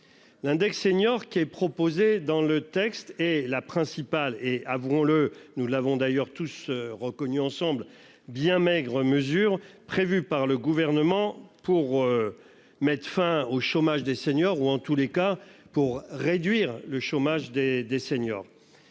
L'index senior qui est proposé dans le texte et la principale. Et avouons-le, nous l'avons d'ailleurs tous reconnus ensemble bien maigres mesures prévues par le gouvernement pour. Mettre fin au chômage des seniors ou en tous les cas pour réduire le chômage des des seniors.